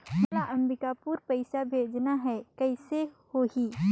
मोला अम्बिकापुर पइसा भेजना है, कइसे होही?